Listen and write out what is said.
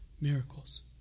miracles